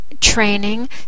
training